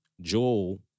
Joel